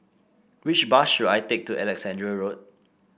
which bus should I take to Alexandra Road